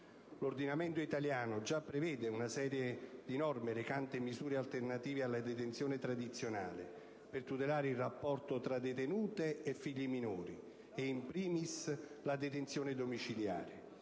L'ordinamento italiano già prevede una serie di norme recanti misure alternative alla detenzione tradizionale per tutelare il rapporto tra detenute e figli minori e, *in primis* la detenzione domiciliare.